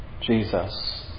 Jesus